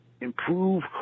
improve